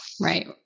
Right